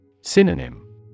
Synonym